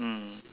mm